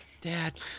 Dad